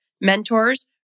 mentors